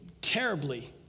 terribly